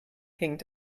hinkt